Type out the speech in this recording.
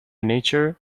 nature